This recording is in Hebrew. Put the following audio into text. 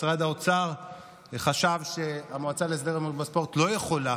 משרד האוצר חשב שהמועצה להסדר ההימורים בספורט לא יכולה